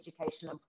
education